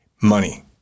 money